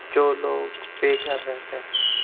جو لوگ بے گھر رہتے ہیں